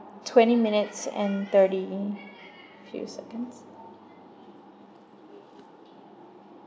twenty minutes and thirty few seconds